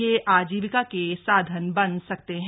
यह आजीविका के साधन बन सकते हैं